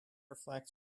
reflects